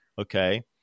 okay